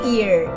Year